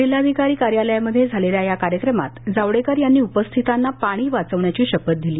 जिल्हाधिकारी कार्यालयामध्ये झालेल्या कार्यक्रमात जावडेकर यांनी उपस्थितांना पाणी वाचवण्याची शपथ दिली